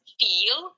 feel